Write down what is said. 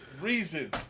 reason